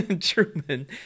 Truman